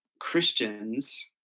Christians